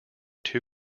two